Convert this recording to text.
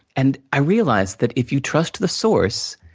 and, i realized that, if you trust the source,